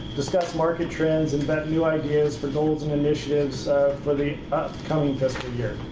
discuss market trends, invent new ideas for goals and initiatives for the upcoming fiscal year.